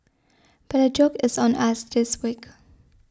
but the joke is on us this week